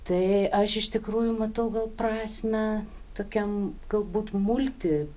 tai aš iš tikrųjų matau gal prasmę tokiam galbūt multi